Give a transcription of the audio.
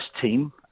team